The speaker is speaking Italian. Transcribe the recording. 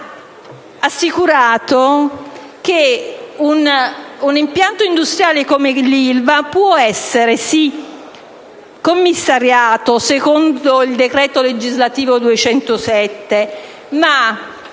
ha assicurato che un impianto industriale come l'Ilva può essere sì commissariato secondo il decreto-legge n. 207 del